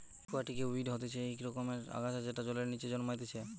একুয়াটিকে ওয়িড হতিছে ইক রকমের আগাছা যেটা জলের নিচে জন্মাইতিছে